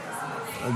א'?